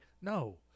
No